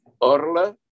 Orla